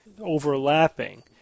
overlapping